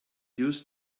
used